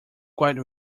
quite